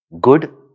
good